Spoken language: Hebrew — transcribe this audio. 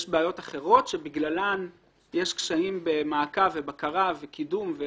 יש בעיות אחרות בגללן יש קשיים במעקב ובקרה וקידום.